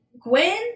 Gwen